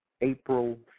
April